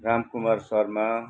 Ramkumar Sharma